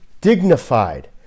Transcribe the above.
dignified